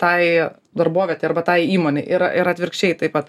tai darbovietei arba tai įmonei ir ir atvirkščiai taip vat